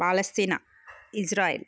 Palestine Israel